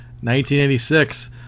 1986